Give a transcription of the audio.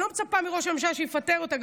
אני לא מצפה מראש הממשלה שיפטר אותה,